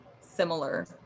similar